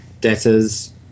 debtors